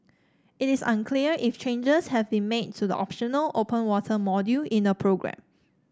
it is unclear if changes have been made to the optional open water module in the programme